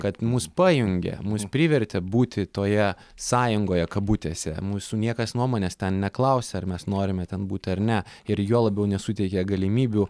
kad mus pajungė mus privertė būti toje sąjungoje kabutėse mūsų niekas nuomonės ten neklausė ar mes norime ten būti ar ne ir juo labiau nesuteikė galimybių